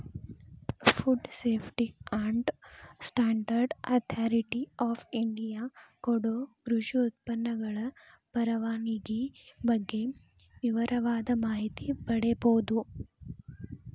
food safety and standard authority of India ಕೊಡೊ ಕೃಷಿ ಉತ್ಪನ್ನಗಳ ಪರವಾನಗಿ ಬಗ್ಗೆ ವಿವರವಾದ ಮಾಹಿತಿ ಪಡೇಬೋದು